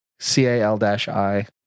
C-A-L-Dash-I